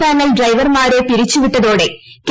panel ഡ്രൈവർമാരെ പിരിച്ചു വിട്ടതോടെ കെ